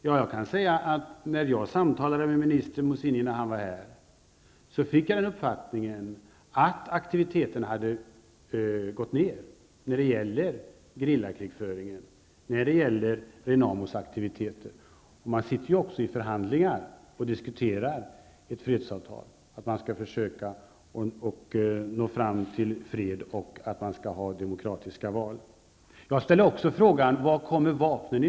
Ja, jag kan säga att jag fick den uppfattningen att aktiviteterna när det gäller gerillakrigföringen och Renamos verksamhet hade minskat när jag samtalade med minister Matsinha när han var här. Man sitter ju också i förhandlingar och diskuterar ett fredsavtal; man talar om att man skall försöka nå fram till fred och att man skall ha demokratiska val. Jag ställde också frågan: Varifrån kommer vapnen?